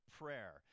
prayer